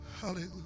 Hallelujah